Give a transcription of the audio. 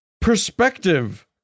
perspective